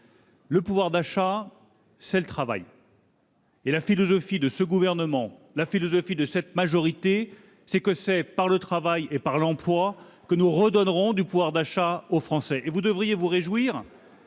Le pouvoir d'achat, c'est le travail. La philosophie de ce gouvernement et de cette majorité, c'est de passer par le travail et par l'emploi pour redonner du pouvoir d'achat aux Français. Et vous devriez vous réjouir